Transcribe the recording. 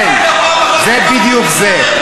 כן, זה בדיוק זה.